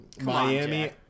miami